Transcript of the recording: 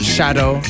Shadow